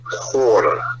quarter